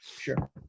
Sure